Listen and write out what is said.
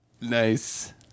Nice